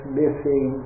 missing